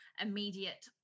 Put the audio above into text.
immediate